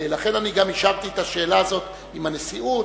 ולכן גם אישרתי את השאלה הזאת עם הנשיאות,